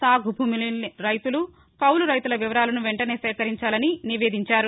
సాగు భూమి లేని రైతులు కౌలు రైతుల వివరాలు వెంటనే సేకరించి నివేదించారు